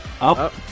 up